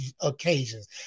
occasions